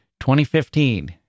2015